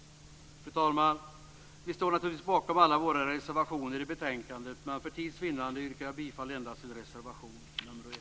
Fru talman! Vi står naturligtvis bakom alla våra reservationer i betänkandet, men för tids vinnande yrkar jag bifall endast till reservation nr 1.